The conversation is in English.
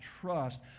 trust